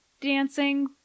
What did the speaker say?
dancing